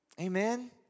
Amen